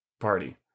party